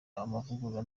amavugurura